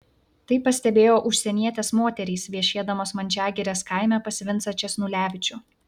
tai pastebėjo užsienietės moterys viešėdamos mančiagirės kaime pas vincą česnulevičių